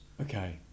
Okay